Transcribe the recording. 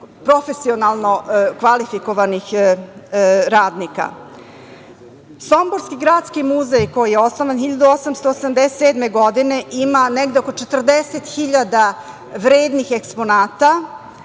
profesionalno kvalifikovanih radnika. Somborski gradski muzej koji je osnovan 1887. godine ima negde oko 40 hiljada vrednih eksponata.